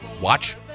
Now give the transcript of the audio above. Watch